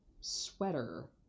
sweater